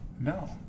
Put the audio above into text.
No